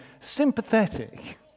sympathetic